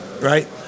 right